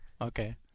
okay